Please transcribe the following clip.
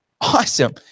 Awesome